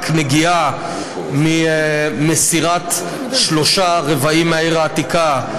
נגיעה ממסירת שלושה רבעים מהעיר העתיקה,